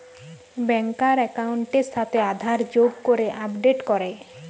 ব্যাংকার একাউন্টের সাথে আধার যোগ করে আপডেট করে